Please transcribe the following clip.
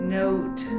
note